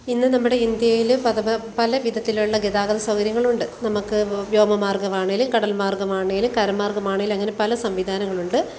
ഇന്ന് നമ്മുടെ ഇന്ത്യയിൽ പല വിധത്തിലുള്ള ഗതാഗത സൗകര്യങ്ങളുണ്ട് നമുക്ക് വ്യോമ മാർഗ്ഗവാണേൽ കടൽ മാർഗ്ഗമാണേൽ കര മാർഗ്ഗമാണേൽ അങ്ങനെ പല സംവിധാനങ്ങളുണ്ട്